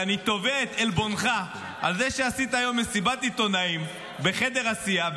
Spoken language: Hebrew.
ואני תובע את עלבונך על זה שעשית היום מסיבת עיתונאים בחדר הסיעה,